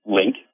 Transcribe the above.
link